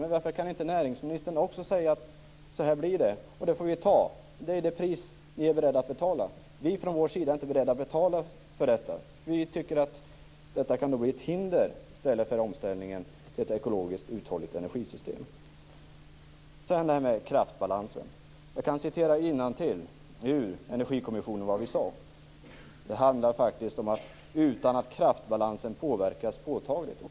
Men varför kan inte näringsministern säga att så kommer det att bli, och att det är det pris vi är beredda att betala. Vi från Kristdemokraternas sida är inte beredda att betala för detta. Vi tycker att detta kan bli ett hinder mot omställningen till ett ekologiskt uthålligt energisystem. Sedan var det kraftbalansen. Energikommissionen har sagt att det hela skall ske utan att kraftbalansen påverkas påtagligt.